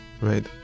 right